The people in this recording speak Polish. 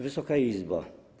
Wysoka Izbo!